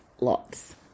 lots